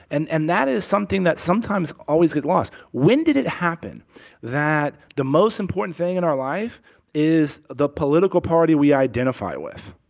and and that is something that sometimes always gets lost. when did it happen that the most important thing in our life is the political party we identify with?